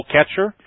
Catcher